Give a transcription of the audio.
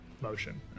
motion